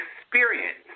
experience